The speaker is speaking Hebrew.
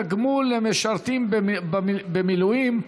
תגמול למשרתים במילואים),